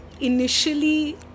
initially